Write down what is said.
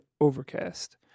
Overcast